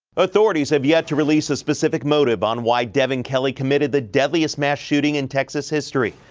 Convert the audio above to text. authorities have yet to release a specific motive on why devin kelley committed the deadliest mass shooting in texas history,